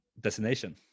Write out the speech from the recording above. destination